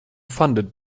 funded